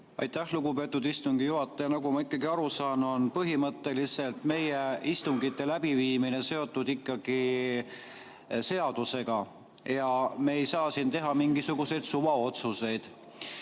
Aitäh, lugupeetud istungi juhataja! Nagu ma aru saan, on põhimõtteliselt meie istungite läbiviimine seotud ikkagi seadusega ja me ei saa siin teha mingisuguseid suvaotsuseid.